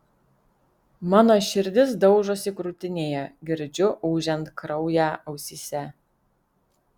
mano širdis daužosi krūtinėje girdžiu ūžiant kraują ausyse